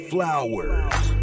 Flowers